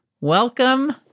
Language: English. welcome